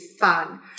fun